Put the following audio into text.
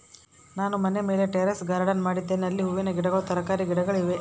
ನಾನು ಮನೆಯ ಮೇಲೆ ಟೆರೇಸ್ ಗಾರ್ಡೆನ್ ಮಾಡಿದ್ದೇನೆ, ಅಲ್ಲಿ ಹೂವಿನ ಗಿಡಗಳು, ತರಕಾರಿಯ ಗಿಡಗಳಿವೆ